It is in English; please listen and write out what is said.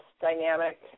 dynamic